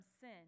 sin